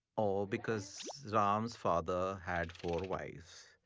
oh, because ram's father had four wives.